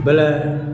ବଲେ